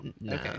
no